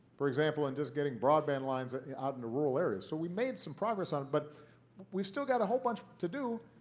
for example, in just getting broadband lines ah out into rural areas. so we made some progress on it. but we've still got a whole bunch to do.